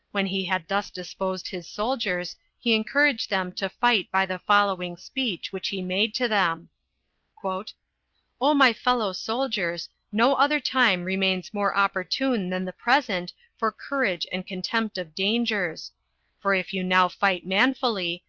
when he had thus disposed his soldiers, he encouraged them to fight by the following speech, which he made to them o my fellow soldiers, no other time remains more opportune than the present for courage and contempt of dangers for if you now fight manfully,